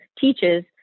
teaches